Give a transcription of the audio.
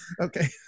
Okay